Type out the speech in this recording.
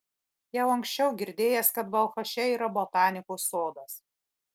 jau anksčiau girdėjęs kad balchaše yra botanikos sodas